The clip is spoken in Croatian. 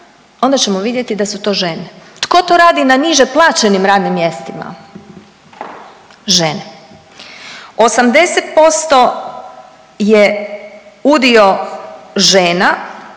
onda ćemo vidjeti da su to žene. Tko to radi na niže plaćenim radnim mjestima? Žene. 80% je udio žena